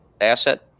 asset